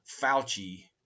Fauci